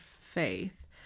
faith